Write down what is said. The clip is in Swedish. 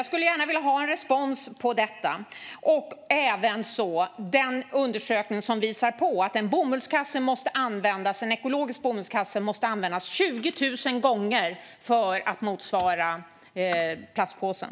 Jag skulle gärna vilja få respons på detta och även på den undersökning som visar att en ekologisk bomullskasse måste användas 20 000 gånger för att motsvara plastpåsen.